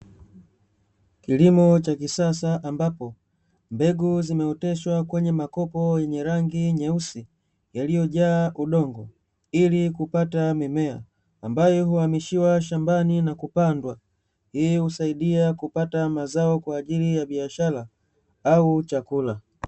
Kilimo cha kisasa ambapo mbegu zimeoteshwa kwenye makopo yenye rangi nyeusi yaliyojaa udongo, ili kupata mimea, ambayo huhamishiwa shambani na kupandwa; hii husaidia kupata mazao kwa ajili ya biashara au chakula.